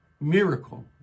miracle